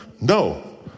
No